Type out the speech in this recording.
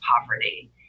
poverty